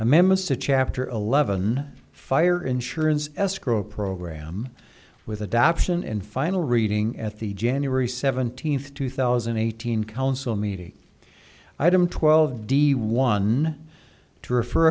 amendments to chapter eleven fire insurance escrow program with adoption and final reading at the january seventeenth two thousand eight hundred council meeting item twelve d one to refer